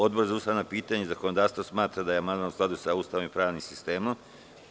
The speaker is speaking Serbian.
Odbor za ustavna pitanja i zakonodavstvo smatra da je amandman u skladu sa Ustavom i pravnim sistemom.